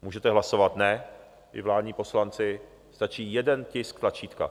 Můžete hlasovat ne, i vládní poslanci, stačí jeden tisk tlačítka.